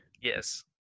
Yes